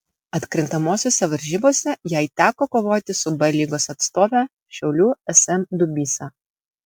atkrintamosiose varžybose jai teko kovoti su b lygos atstove šiaulių sm dubysa